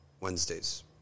Wednesdays